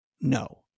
No